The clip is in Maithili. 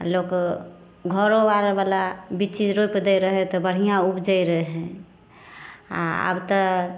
लोक घरो बाहरो बला बिच्ची रोपि दै रहै तऽ बढ़िआँ उपजै रहै आ आब तऽ